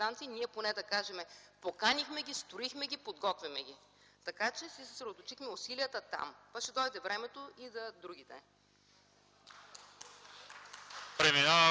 ние поне да кажем: „Поканихме ги, строихме ги, подготвяме ги”. Така че си съсредоточихме усилията там. А пък ще дойде времето и за другите.